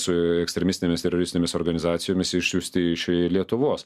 su ekstremistinėmis teroristinėmis organizacijomis išsiųsti iš lietuvos